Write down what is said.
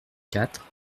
quatre